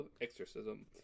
exorcism